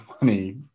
money